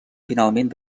finalment